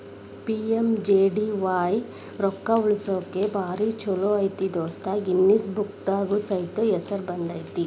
PMJDY ರೊಕ್ಕಾ ಉಳಸಾಕ ಭಾರಿ ಛೋಲೋ ಐತಿ ದೋಸ್ತ ಗಿನ್ನಿಸ್ ಬುಕ್ನ್ಯಾಗ ಸೈತ ಹೆಸರು ಬಂದೈತಿ